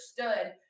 understood